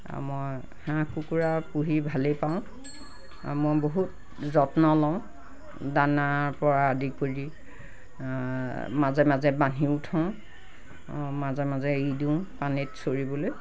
আৰু মই হাঁহ কুকুৰা পুহি ভালেই পাওঁ মই বহুত যত্ন লওঁ দানাৰপৰা আদি কৰি মাজে মাজে বান্ধিও থওঁ মাজে মাজে এৰি দিওঁ পানীত চৰিবলৈ